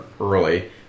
early